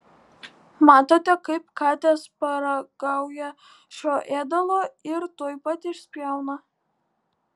matote kaip katės paragauja šio ėdalo ir tuoj pat išspjauna